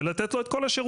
ולתת לו את כל השירותים,